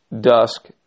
dusk